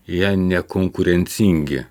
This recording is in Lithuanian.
jie nekonkurencingi